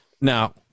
now